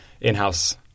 in-house